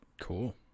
cool